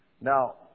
Now